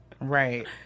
Right